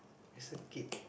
it's so cute